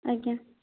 ଆଜ୍ଞା